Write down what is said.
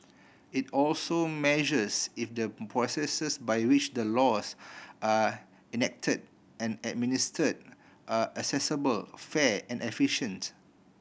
it also measures if the processes by which the laws are enacted and administered are accessible fair and efficient